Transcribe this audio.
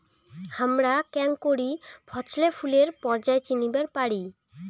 হামরা কেঙকরি ফছলে ফুলের পর্যায় চিনিবার পারি?